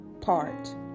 part